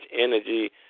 energy